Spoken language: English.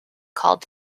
called